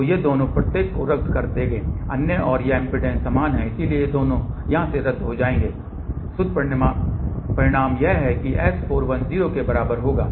तो ये दोनों प्रत्येक को रद्द कर देंगे अन्य और यह इम्पीडेन्स समान है क्योंकि यह दोनों यहां से रद्द हो जाएंगे और शुद्ध परिणाम यह है कि S41 0 के बराबर होगा